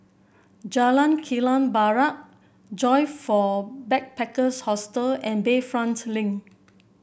Jalan Kilang Barat Joyfor Backpackers Hostel and Bayfront Link